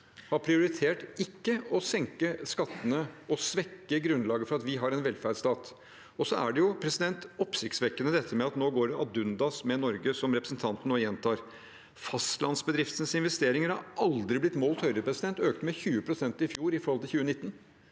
har prioritert å ikke senke skattene og svekke grunnlaget for at vi har en velferdsstat. Så er det jo oppsiktsvekkende dette med at det nå går ad undas med Norge, som representanten nå gjentar. Fastlandsbedriftenes investeringer har aldri blitt målt høyere. De økte med 20 pst. i fjor i forhold til i 2019.